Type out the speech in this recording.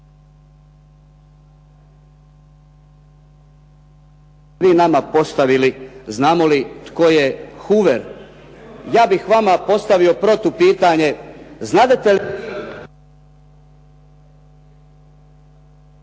znamo li tko je Hoover. Ja bih vama postavio protupitanje. ...